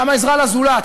כמה עזרה לזולת,